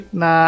na